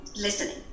listening